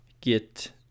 get